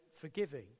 forgiving